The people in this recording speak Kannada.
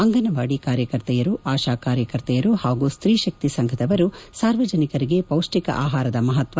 ಅಂಗನವಾಡಿ ಕಾರ್ಯಕರ್ತೆಯರು ಆಶಾ ಕಾರ್ಯಕರ್ತೆಯರು ಹಾಗೂ ಸ್ತ್ರೀಶಕ್ತಿ ಸಂಘದವರು ಸಾರ್ವಜನಿಕರಿಗೆ ಪೌಷ್ಟಿಕ ಆಹಾರದ ಮಹತ್ವ